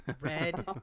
Red